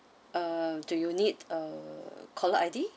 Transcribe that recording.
uh do you need a caller I_D okay